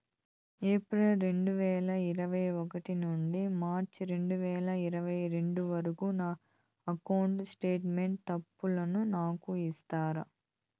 April రెండు వేల ఇరవై ఒకటి నుండి మార్చ్ రెండు వేల ఇరవై రెండు వరకు నా అకౌంట్ స్టేట్మెంట్ తప్పులను నాకు ఇస్తారా?